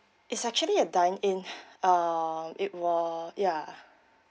it's actually a dine in uh it were yeah